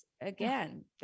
Again